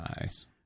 Nice